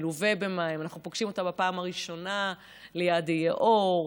מלווה במים: אנחנו פוגשים אותה בפעם הראשונה ליד היאור,